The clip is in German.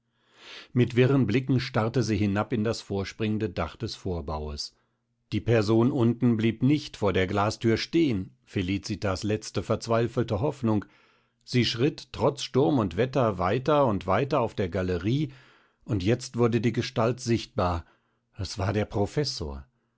mit wirren blicken starrte sie hinab auf das vorspringende dach des vorbaues die person unten blieb nicht vor der glasthür stehen felicitas letzte verzweifelte hoffnung sie schritt trotz sturm und wetter weiter und weiter auf der galerie und jetzt wurde die gestalt sichtbar es war der professor